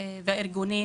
ואת הארגונים,